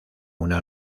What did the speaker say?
una